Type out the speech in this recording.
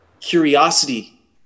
curiosity